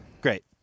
Great